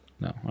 No